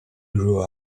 grew